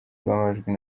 bw’amajwi